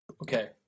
Okay